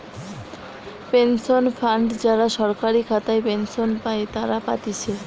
pension fund যারা সরকারি খাতায় পেনশন পাই তারা পাতিছে